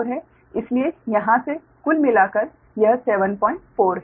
इसलिए यहाँ से कुल मिलाकर यह 74 है